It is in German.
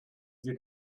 sie